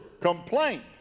complaint